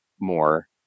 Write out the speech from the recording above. more